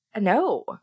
No